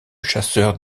chasseurs